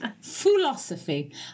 Philosophy